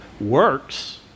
works